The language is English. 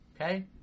Okay